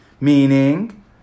meaning